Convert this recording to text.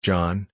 John